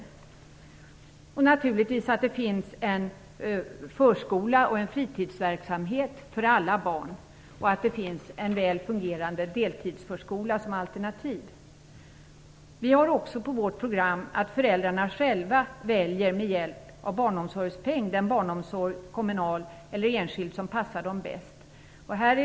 Det skall naturligtvis också finnas en förskola och en fritidsverksamhet för alla barn samt en fungerande deltidsförskola som alternativ. Vi har också på vårt program att föräldrarna själva med hjälp av barnomsorgspeng skall kunna välja den barnomsorg - kommunal eller enskild - som passar dem bäst.